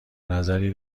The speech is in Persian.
نظری